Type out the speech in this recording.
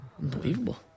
Unbelievable